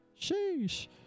sheesh